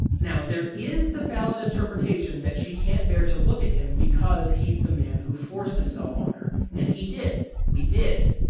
now, there is the valid interpretation that she can't bear to look at him because he's the man who forced himself on her, and he did. we did.